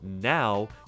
Now